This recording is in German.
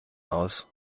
aus